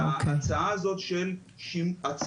אם כך אז זה עונה על ההיסוסים שלי.